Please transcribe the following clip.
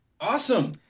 Awesome